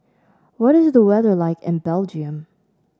what is the weather like in Belgium